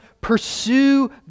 pursue